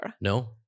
No